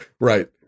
right